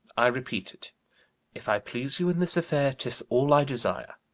i repeat it if i please you in this affair, tis all i desire.